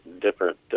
different